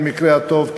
במקרה הטוב,